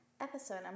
episode